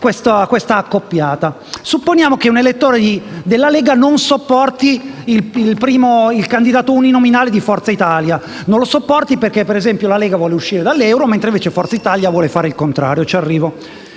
questa accoppiata e che un elettore della Lega non sopporti il candidato uninominale di Forza Italia perché, per esempio, la Lega vuole uscire dall'euro, mentre Forza Italia vuole fare il contrario.